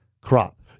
crop